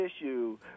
issue